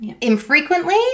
infrequently